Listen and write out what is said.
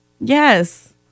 Yes